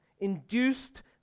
induced